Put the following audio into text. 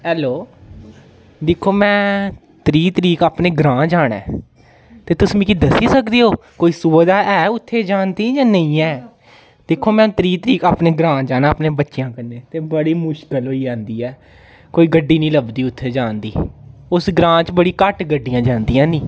hello दिक्खो मै त्रीह् तरीक अपने ग्रांऽ जाना ऐ ते तुस मिगी दस्सी सकदे ओ कोई सुविधा ऐ उत्थे जान दी जां नेईं ऐ दिक्खो मै त्रीह् तरीक अपने ग्रांऽ जाना अपने बच्चेआं कन्नै ते बड़ी मुश्कल होई जन्दी ऐ कोई गड्डी नी लभदी उत्थे जान दी उस ग्रांऽ च बड़ी घट्ट गड्डियां जांदियां नी